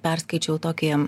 perskaičiau tokį